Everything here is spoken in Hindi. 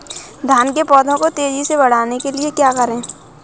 धान के पौधे को तेजी से बढ़ाने के लिए क्या करें?